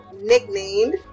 nicknamed